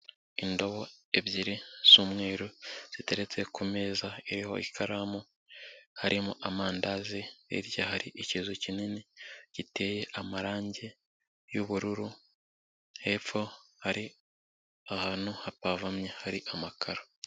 Indobo ebyiri z'umweru ziteretse ku meza, iriho ikaramu harimo amandazi, hirya hari ikizu kinini giteye amarangi y'ubururu, hepfo hari ahantu hapavomye hari amakaro.